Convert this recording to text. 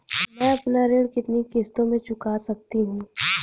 मैं अपना ऋण कितनी किश्तों में चुका सकती हूँ?